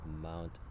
Mount